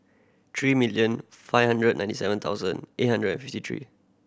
three million five hundred ninety seven thousand eight hundred and fifty three